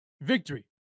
victory